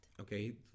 Okay